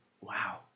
Wow